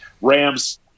rams